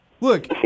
Look